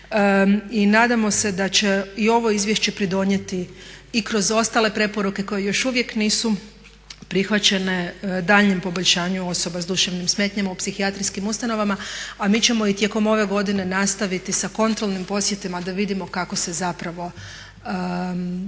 i nadamo se da će i ovo izvješće pridonijeti i kroz ostale preporuke koje još uvijek nisu prihvaćene daljnjim poboljšanjem osoba s duševnim smetnjama u psihijatrijskim ustanovama. A mi ćemo i tijekom ove godine nastaviti sa kontrolnim posjetima da vidimo kako se zapravo